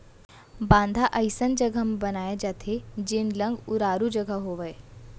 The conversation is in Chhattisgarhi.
बांधा अइसन जघा म बनाए जाथे जेन लंग उरारू जघा होवय